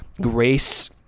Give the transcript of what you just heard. Grace